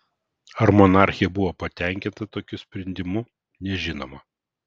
ar monarchė buvo patenkinta tokiu sprendimu nežinoma